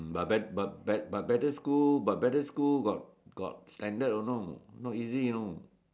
but better school but better school got got standard you know not easy you know